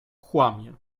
kłamię